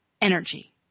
energy